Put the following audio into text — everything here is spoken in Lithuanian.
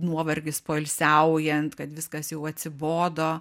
nuovargis poilsiaujant kad viskas jau atsibodo